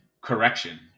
correction